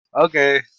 Okay